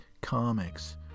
Comics